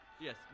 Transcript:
Yes